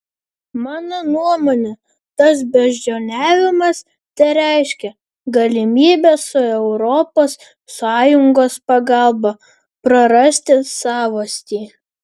mano nuomone tas beždžioniavimas tereiškia galimybę su europos sąjungos pagalba prarasti savastį